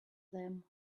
them